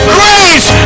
grace